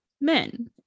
men